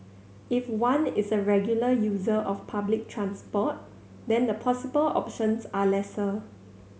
if one is a regular user of public transport then the possible options are lesser